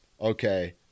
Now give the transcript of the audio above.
okay